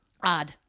Odd